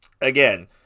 again